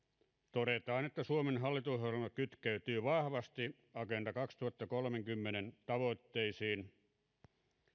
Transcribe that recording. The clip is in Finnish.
todetaan että suomen hallitusohjelma kytkeytyy vahvasti agenda kaksituhattakolmekymmentän tavoitteisiin